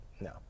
No